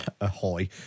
Ahoy